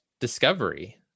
discovery